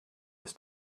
his